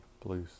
please